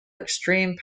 extreme